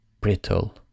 brittle